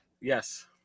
Yes